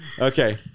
Okay